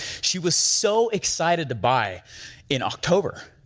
she was so excited to buy in october.